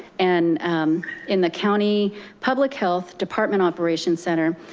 and in the county public health department operation center,